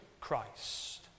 Christ